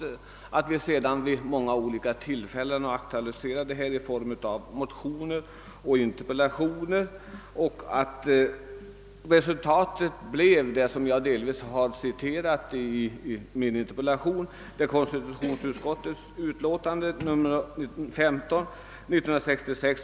Inom vårt parti har vi sedan vid många tillfällen aktualiserat denna fråga i motioner och interpellationer. Resultatet av detta har jag delvis angivit i min interpellation, där jag bl.a. citerade vad konstitutionsutskottet skrev i sitt utlåtande nr 15 år 1966.